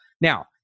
Now